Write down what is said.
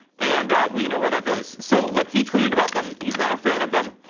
and we know where that goes. so look, he tweeted about them. he's not a fan of them.